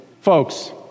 Folks